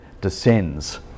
descends